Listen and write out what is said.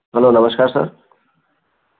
hello नमस्कार sir